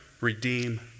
redeem